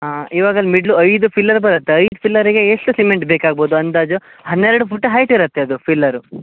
ಹಾಂ ಇವಾಗ ಮಿಡ್ಲ್ ಐದು ಪಿಲ್ಲರ್ ಬರುತ್ತೆ ಐದು ಪಿಲ್ಲರಿಗೆ ಎಷ್ಟು ಸಿಮೆಂಟ್ ಬೇಕಾಗ್ಬೋದು ಅಂದಾಜು ಹನ್ನೆರಡು ಫೂಟ್ ಹೈಟ್ ಇರುತ್ತೆ ಅದು ಪಿಲ್ಲರ್